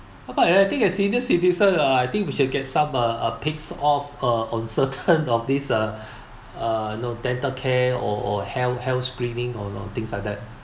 but I think a senior citizen ah I think they should get some uh uh paid off uh on certain of this uh uh you know dental care or or health health screening or or things like that